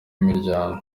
imiryango